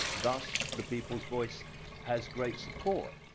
thus the people's voice has great support,